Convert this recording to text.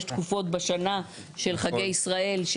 יש תקופות בשנה של חגי ישראל,